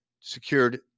secured